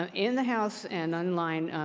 ah in the house and online,